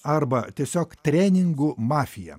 arba tiesiog treningų mafija